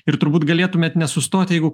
ir turbūt galėtumėt nesustoti jeigu